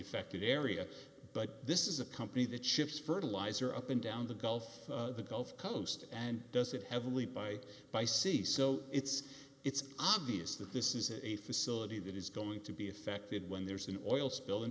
affected area but this is a company that ships fertilizer up and down the gulf the gulf coast and does it heavily by by sea so it's it's obvious that this is a facility that is going to be affected when there's an oil spill in